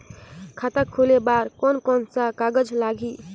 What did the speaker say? खाता खुले बार कोन कोन सा कागज़ लगही?